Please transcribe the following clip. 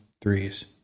threes